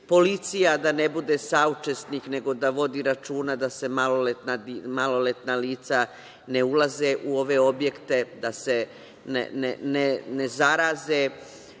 Policija da ne bude sučesnik nego da vodi računa da maloletna lica ne ulaze u ove objekte, da se ne zaraze. Kažu